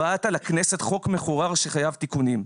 הבאת לכנסת חוק מחורר שחייב תיקונים.